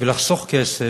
וכדי לחסוך כסף,